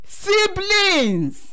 siblings